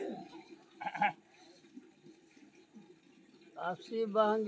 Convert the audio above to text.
जादेतर बैंक आ गैर बैंकिंग वित्तीय कंपनी कर बचत एफ.डी के सुविधा उपलब्ध कराबै छै